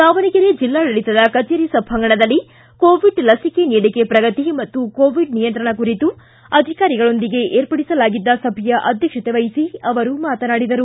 ದಾವಣಗೆರೆ ಜಿಲ್ಲಾಡಳಿತದ ಕಚೇರಿ ಸಭಾಂಗಣದಲ್ಲಿ ಕೋವಿಡ್ ಲಸಿಕೆ ನೀಡಿಕೆ ಪ್ರಗತಿ ಮತ್ತು ಕೋವಿಡ್ ನಿಯಂತ್ರಣ ಕುರಿತು ಅಧಿಕಾರಿಗಳೊಂದಿಗೆ ಏರ್ಪಡಿಸಲಾಗಿದ್ದ ಸಭೆಯ ಅಧ್ವಕ್ಷತೆ ವಹಿಸಿ ಅವರು ಮಾತನಾಡಿದರು